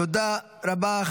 תודה רבה.